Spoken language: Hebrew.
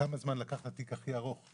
כמה זמן לקח לתיק הכי ארוך ,